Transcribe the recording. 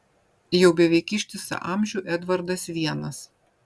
jau beveik ištisą amžių edvardas vienas